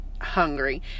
hungry